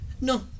No